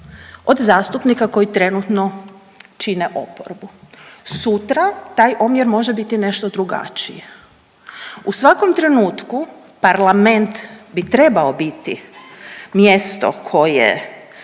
od zastupnika koji trenutno čine oporbu. Sutra taj omjer može biti nešto drugačiji. U svakom trenutku parlament bi trebao biti mjesto koje